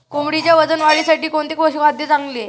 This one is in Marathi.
कोंबडीच्या वजन वाढीसाठी कोणते पशुखाद्य चांगले?